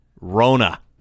Rona